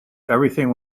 everything